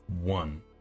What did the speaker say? one